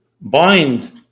bind